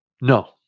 No